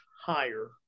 higher